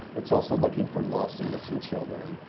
it's also looking for lost and missing children.